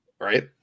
Right